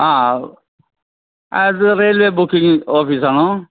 ആ ഇത് railway booking ഓഫീസാണോ